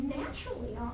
naturally